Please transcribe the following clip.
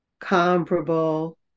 comparable